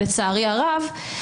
לצערי הרב,